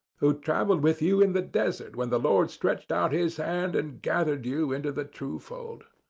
who travelled with you in the desert when the lord stretched out his hand and gathered you into the true fold.